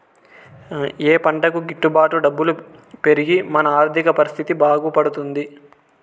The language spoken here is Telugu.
ఏ పంటకు గిట్టు బాటు డబ్బులు పెరిగి మన ఆర్థిక పరిస్థితి బాగుపడుతుంది?